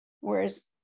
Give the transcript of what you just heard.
whereas